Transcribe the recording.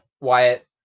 Wyatt